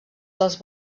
dels